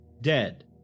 dead